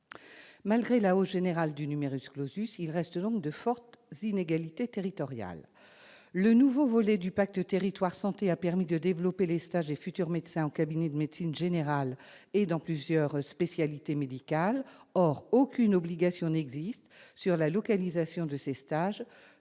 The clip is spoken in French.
Malgré la hausse générale du, il reste donc de fortes inégalités territoriales. Le nouveau volet du pacte territoire-santé a permis de développer les stages des futurs médecins en cabinet de médecine générale et dans plusieurs spécialités médicales. Or aucune obligation n'existe sur la localisation de ces stages,